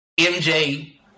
MJ